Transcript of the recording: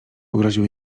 pogroził